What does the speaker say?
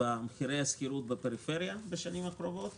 במחירי השכירות בפריפריה בשנים הקרובות